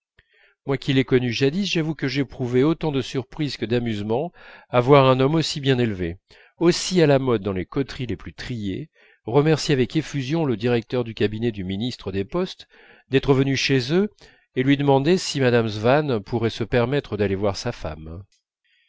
moi qui l'ai connu jadis j'avoue que j'éprouvais autant de surprise que d'amusement à voir un homme aussi bien élevé aussi à la mode dans les coteries les plus triées remercier avec effusion le directeur du cabinet du ministre des postes d'être venu chez eux et lui demander si madame swann pourrait se permettre d'aller voir sa femme